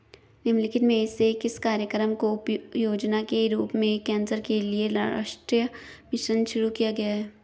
निम्नलिखित में से किस कार्यक्रम को उपयोजना के रूप में कैंसर के लिए राष्ट्रीय मिशन शुरू किया गया है?